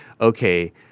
okay